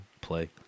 play